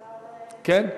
כן?